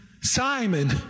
Simon